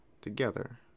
together